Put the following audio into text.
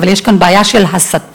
אבל יש כאן בעיה של הסתה,